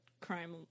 crime